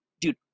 dude